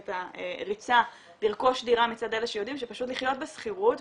ואת הריצה לרכוש דירה מצד אלה שיודעים שפשוט לחיות בשכירות,